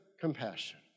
compassion